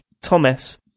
Thomas